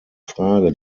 frage